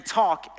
talk